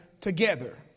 together